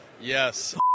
Yes